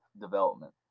development